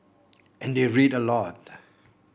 and they read a lot